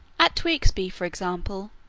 at tewkesbury, for example,